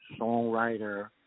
songwriter